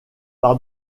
par